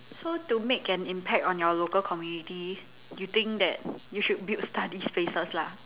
so to make an impact on your local community you think that you should build study spaces lah